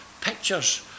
pictures